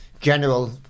general